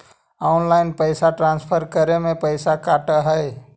Online पैसा transfer करे में पैसा कटा है?